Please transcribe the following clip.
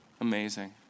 Amazing